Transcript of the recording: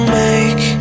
make